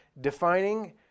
defining